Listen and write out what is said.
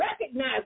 recognize